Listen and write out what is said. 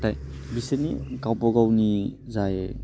नाथाय बिसोरनि गावबा गावनि जाय